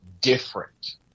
different